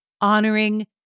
honoring